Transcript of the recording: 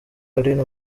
aline